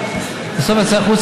בסוף יצא החוצה,